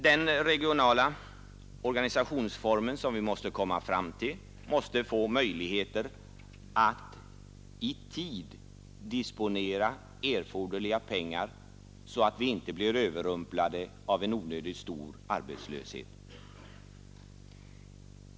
Den regionala organisationsform som vi måste komma fram till bör ge möjligheter att i tid disponera erforderliga pengar så att vi inte blir överrumplade av en onödigt stor arbetslöshet.